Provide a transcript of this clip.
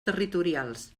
territorials